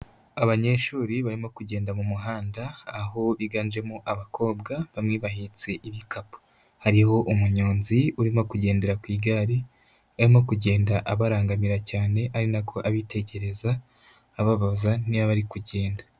Abanyeshuri barimo kugenda mu muhanda aho biganjemo abakobwa, bamwe bahetse ibikapu. Hariho umunyonzi urimo kugendera ku igare, arimo kugenda abarangamira cyane ari na ko abitegereza, ababaza niba ari kugenda.